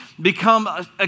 become